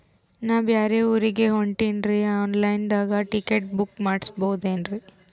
ನಾ ಬ್ಯಾರೆ ಊರಿಗೆ ಹೊಂಟಿನ್ರಿ ಆನ್ ಲೈನ್ ದಾಗ ಟಿಕೆಟ ಬುಕ್ಕ ಮಾಡಸ್ಬೋದೇನ್ರಿ?